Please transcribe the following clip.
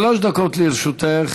שלוש דקות לרשותך.